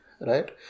right